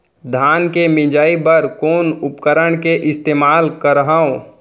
धान के मिसाई बर कोन उपकरण के इस्तेमाल करहव?